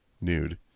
nude